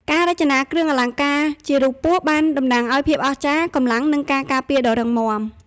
ការរចនាគ្រឿងអលង្ការជារូបពស់បានតំណាងឱ្យភាពអស្ចារ្យ កម្លាំង និងការការពារដ៏រឹងមាំ។